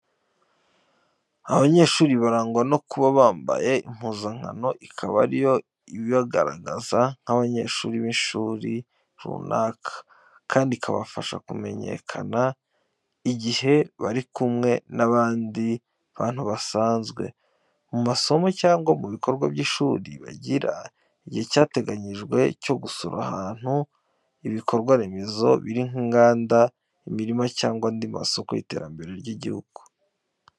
Abanyeshuri barangwa no kuba bambaye impuzankano, ikaba ari yo ibagaragaza nk'abanyeshuri b'ishuri runaka, kandi ikabafasha kumenyekana igihe bari kumwe n'abandi bantu basanzwe. Mu masomo cyangwa mu bikorwa by'ishuri, bagira igihe cyateganyijwe cyo gusura ahantu ibikorwa remezo biri, nk’inganda, imirima cyangwa andi masoko y’iterambere ry’igihugu.